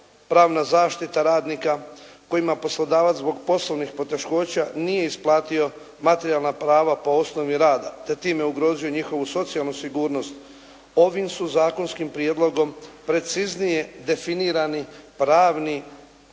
pravna zaštita radnika kojima poslodavaca zbog poslovnih poteškoća nije isplatio materijalna prava po osnovi rada. Time je ugrozio njihovu socijalnu sigurnost. Ovim su zakonskim prijedlogom preciznije definirani pravni